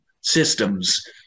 systems